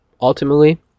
ultimately